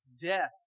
death